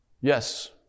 Yes